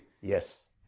Yes